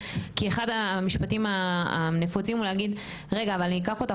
כי אחד המשפטים הנפוצים הוא להגיד 'רגע אבל אני אקח אותך,